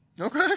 Okay